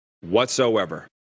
whatsoever